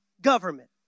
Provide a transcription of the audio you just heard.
government